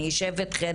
אני אשב אתכן